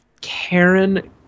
Karen